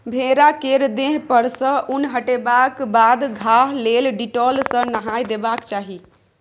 भेड़ा केर देह पर सँ उन हटेबाक बाद घाह लेल डिटोल सँ नहाए देबाक चाही